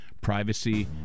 privacy